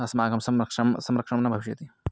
अस्माकं संरक्षणं संरक्षणं न भविष्यति